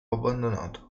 abbandonato